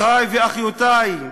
אחי ואחיותי,